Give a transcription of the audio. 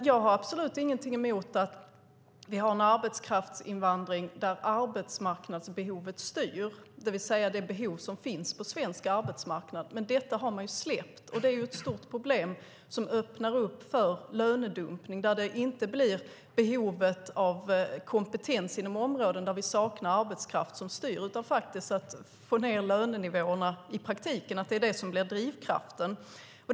Jag har absolut ingenting emot att vi har en arbetskraftsinvandring där arbetsmarknadsbehovet styr, det vill säga det behov som finns på svensk arbetsmarknad. Men detta har man släppt, och det är ett stort problem som öppnar för lönedumpning där det inte blir behovet av kompetens inom områden där vi saknar arbetskraft som styr utan att drivkraften i praktiken blir att få ned lönenivåerna.